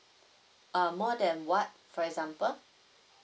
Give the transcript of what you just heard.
um more than what for example